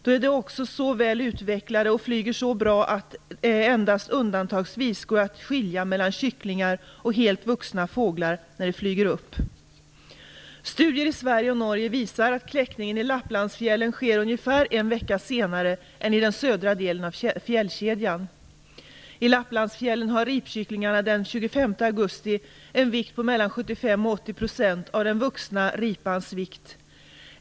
Då är de också så väl utvecklade och flyger så bra att det endast undantagsvis går att skilja mellan kycklingar och helt vuxna fåglar när de flyger upp. Studier i Sverige och Norge visar att kläckningen i Lapplandsfjällen sker ungefär en vecka senare än i den södra delen av fjällkedjan. I Lapplandsfjällen har ripkycklingarna den 25 augusti en vikt på mellan 75 och 80 % av den vuxna ripans vikt.